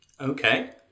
Okay